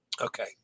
Okay